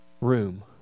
room